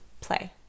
play